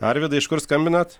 arvydai iš kur skambinat